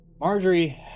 Marjorie